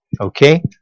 Okay